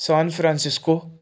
San Francisco